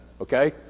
okay